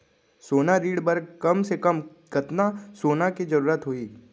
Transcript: सोना ऋण बर कम से कम कतना सोना के जरूरत होही??